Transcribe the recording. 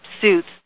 suits